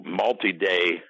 multi-day